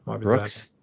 Brooks